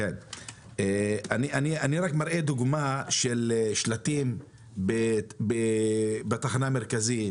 אני רק מראה דוגמה של שלטים בתחנה המרכזית,